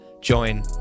Join